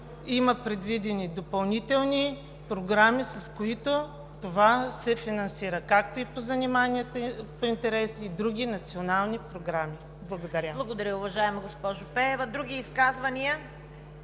има предвидени допълнителни програми, с които това се финансира, както и по занимания по интереси, и други национални програми. Благодаря. ПРЕДСЕДАТЕЛ ЦВЕТА КАРАЯНЧЕВА: Благодаря, уважаема госпожо Пеева. Други изказвания?